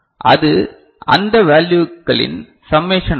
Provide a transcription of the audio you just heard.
அது அந்த வேல்யுக்களின் சம்மேஷன் ஆகும்